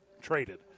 traded